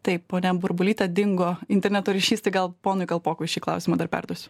taip ponia burbulyte dingo interneto ryšys tai gal ponui kalpokui šį klausimą dar perduosiu